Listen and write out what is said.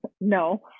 No